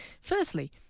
Firstly